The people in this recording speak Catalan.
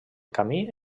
camí